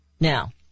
Now